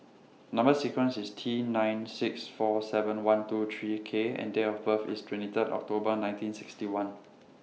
Number sequence IS T nine six four seven one two three K and Date of birth IS twenty Third October nineteen sixty one